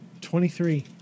Twenty-three